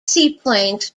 seaplanes